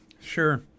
sure